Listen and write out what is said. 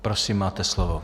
Prosím, máte slovo.